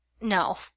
no